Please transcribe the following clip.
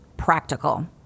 Practical